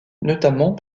notamment